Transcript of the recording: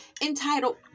entitled